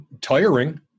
tiring